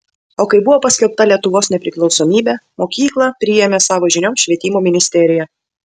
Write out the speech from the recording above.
o kai buvo paskelbta lietuvos nepriklausomybė mokyklą priėmė savo žinion švietimo ministerija